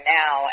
now